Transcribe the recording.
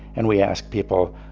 and we ask people,